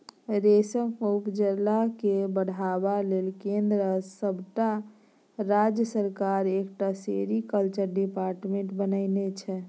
रेशमक उपजा केँ बढ़ाबै लेल केंद्र आ सबटा राज्य सरकार एकटा सेरीकल्चर डिपार्टमेंट बनेने छै